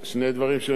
חיברתי.